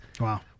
Wow